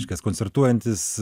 reiškias koncertuojantis